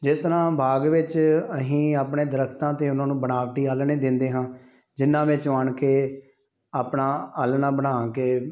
ਜਿਸ ਤਰ੍ਹਾਂ ਬਾਗ ਵਿੱਚ ਅਸੀਂ ਆਪਣੇ ਦਰੱਖਤਾਂ 'ਤੇ ਉਹਨਾਂ ਨੂੰ ਬਣਾਵਟੀ ਆਲ੍ਹਣੇ ਦਿੰਦੇ ਹਾਂ ਜਿੰਨ੍ਹਾਂ ਵਿੱਚ ਉਹ ਆਣ ਕੇ ਆਪਣਾ ਆਲ੍ਹਣਾ ਬਣਾ ਕੇ